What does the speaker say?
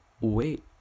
wait